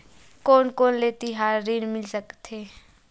कोन कोन ले तिहार ऋण मिल सकथे?